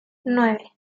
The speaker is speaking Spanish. nueve